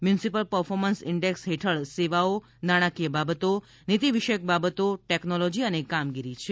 municipal performance index હેઠળ સેવાઓ નાણાકીય બાબતો નીતિ વિષયક બાબતો ટેક્નોલોજી અને કામગીરી છે